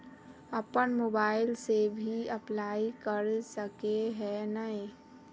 अपन मोबाईल से भी अप्लाई कर सके है नय?